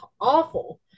awful